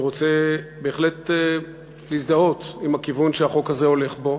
אני רוצה בהחלט להזדהות עם הכיוון שהחוק הזה הולך בו.